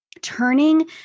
turning